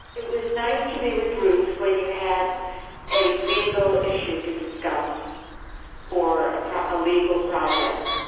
it was nice to be with ruth when you had a legal issue to discuss or a legal project,